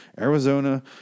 Arizona